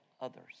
others